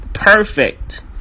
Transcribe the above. perfect